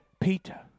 Peter